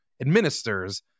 administers